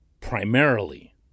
primarily